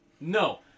No